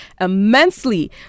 immensely